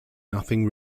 nothing